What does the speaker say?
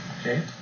Okay